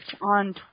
on